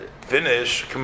finish